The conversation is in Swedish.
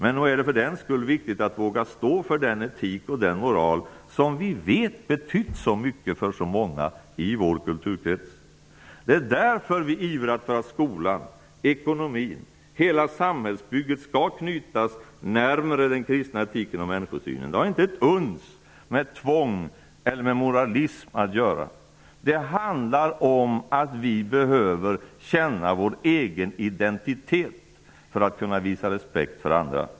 Men nog är det för den skull viktigt att våga stå för den etik och moral som vi vet betytt så mycket för så många i vår kulturkrets. Det är därför vi i kds ivrar för att skolan, ekonomin, hela samhällsbygget skall knytas närmare den kristna etiken och människosynen. Det har inte ens med tvång eller moralism att göra. Det handlar om att vi alla behöver känna vår egen identitet för att kunna visa respekt för andra.